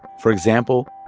for example.